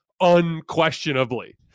Unquestionably